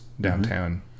downtown